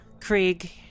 Krieg